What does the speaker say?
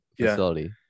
facility